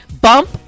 Bump